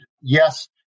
yes